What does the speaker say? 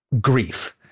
grief